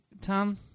Tom